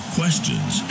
questions